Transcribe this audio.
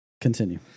Continue